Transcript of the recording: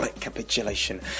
capitulation